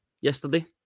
yesterday